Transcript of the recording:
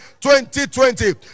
2020